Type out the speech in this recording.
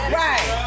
right